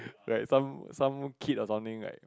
right some some kid of something right